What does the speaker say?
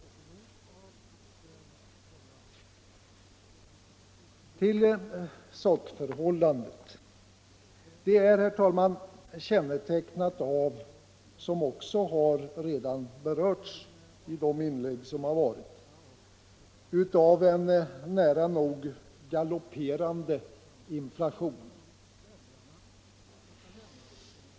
Så till sakförhållandet. Det är, herr talman, kännetecknat av — som också har berörts i tidigare inlägg — en nära nog galopperande inflation.